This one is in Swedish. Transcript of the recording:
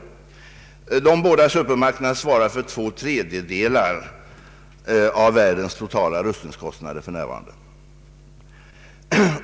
De båda supermakterna svarar för två tredjedelar av världens totala rustningskostnader för närvarande.